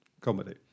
comedy